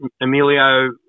Emilio